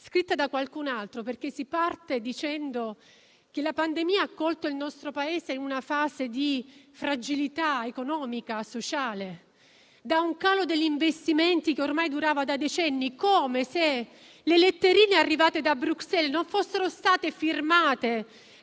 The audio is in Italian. scritta da qualcun altro, perché si parte dicendo che la pandemia ha colto il nostro Paese in una fase di fragilità economica e sociale, con un calo degli investimenti che ormai durava da decenni, come se le letterine arrivate da Bruxelles non fossero state firmate